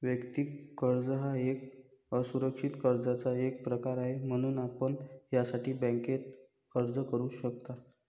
वैयक्तिक कर्ज हा एक असुरक्षित कर्जाचा एक प्रकार आहे, म्हणून आपण यासाठी बँकेत अर्ज करू शकता